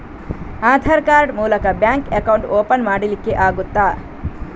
Aadhaar card ಮೂಲಕ bank account open ಮಾಡಲಿಕ್ಕೆ ಆಗುತಾ?